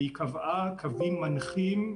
והיא קבעה קווים מנחים,